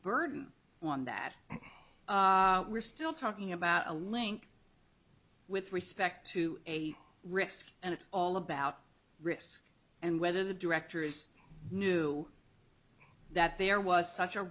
burden on that we're still talking about a link with respect to a risk and it's all about risk and whether the director is new that there was such a